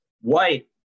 white